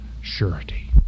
surety